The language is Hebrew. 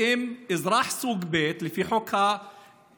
אזרח סוג ב' לפי חוק הלאום,